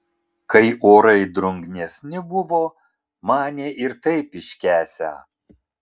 kai orai drungnesni buvo manė ir taip iškęsią